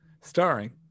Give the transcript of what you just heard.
starring